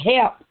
help